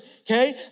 okay